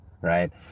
right